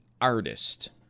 artist